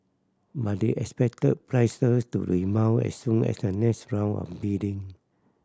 but they expect prices to rebound as soon as the next round of bidding